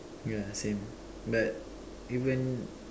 yeah same but even